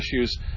issues